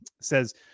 says